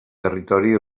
territori